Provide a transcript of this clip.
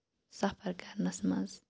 سَفر کَرنَس منٛز